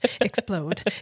explode